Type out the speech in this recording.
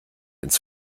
ins